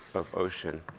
of ocean.